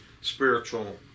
spiritual